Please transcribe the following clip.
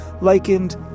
likened